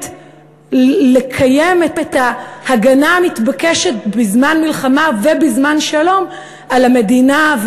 לקיים את ההגנה המתבקשת בזמן מלחמה ובזמן שלום על המדינה,